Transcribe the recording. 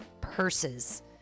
purses